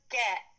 get